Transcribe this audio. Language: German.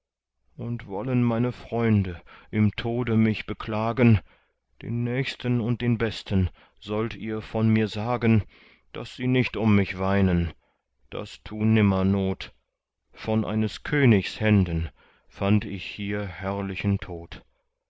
und wollen meine freunde im tode mich beklagen den nächsten und den besten sollt ihr von mir sagen daß sie nicht um mich weinen das tu nimmer not von eines königs händen fand ich hier herrlichen tod